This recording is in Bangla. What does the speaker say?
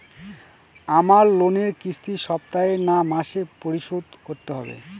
আমার লোনের কিস্তি সপ্তাহে না মাসে পরিশোধ করতে হবে?